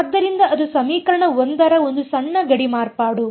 ಆದ್ದರಿಂದ ಅದು ಸಮೀಕರಣ 1ರ ಒಂದು ಸಣ್ಣ ಗಡಿ ಮಾರ್ಪಾಡು